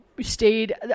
stayed